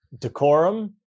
Decorum